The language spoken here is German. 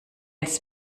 ins